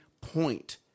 point